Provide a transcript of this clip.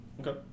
Okay